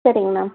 சரிங்க மேம்